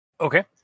okay